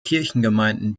kirchengemeinden